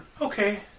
Okay